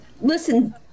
Listen